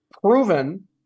proven